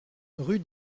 rue